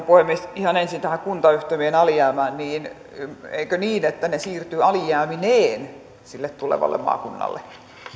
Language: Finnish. puhemies ihan ensin tähän kuntayhtymien alijäämään eikö niin että ne siirtyvät alijäämineen sille tulevalle maakunnalle